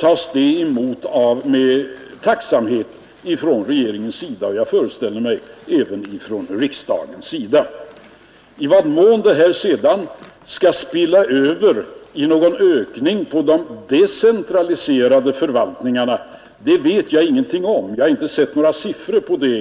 tas det emot med tacksamhet ifrån regeringens sida och jag föreställer mig även ifrån riksdagens sida. I vad mån det här sedan skall spela över i någon ökning på de decentraliserade förvaltningarna vet jag ingenting om. Jag har inte sett några siffror på det.